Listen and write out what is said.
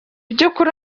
by’ukuri